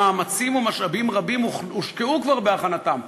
שמאמצים ומשאבים רבים הושקעו כבר בהכנתן.